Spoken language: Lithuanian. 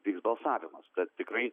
vyks balsavimas tad tikrai